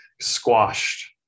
squashed